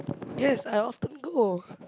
yes I often go